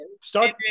Start